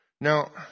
Now